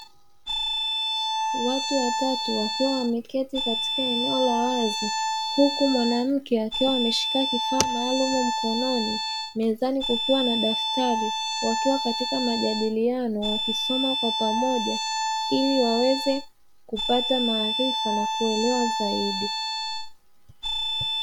Watu watatu wakiwa wameketi katika eneo la wazi, huku mwanamke akiwa ameshika kifaa maalum mkononi, mezani kukiwa na daftari, wakiwa katika majadiliano wakisoma kwa pamoja ili waweze kupata maarifa na kuelewa zaidi.